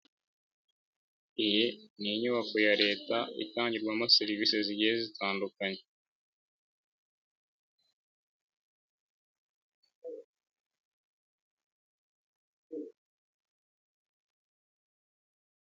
Iyi ni inyubako ya Leta itangirwamo serivisi zigiye zitandukanye.